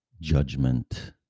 judgment